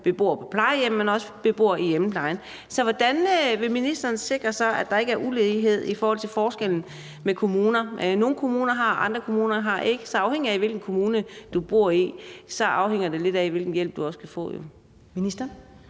beboere på plejehjem, men også ældre i hjemmeplejen. Så hvordan vil ministeren sikre sig, at der ikke er ulighed i forbindelse med forskellen mellem kommuner. Nogle kommuner har, andre kommuner har ikke. Så den hjælp, du kan få, afhænger jo lidt af, hvilken kommune du bor i. Kl. 19:28